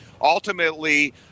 ultimately